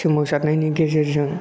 सोमावसारनायनि गेजेरजों